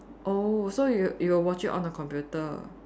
oh so you you will watch it on the computer